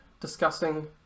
discussing